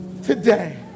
Today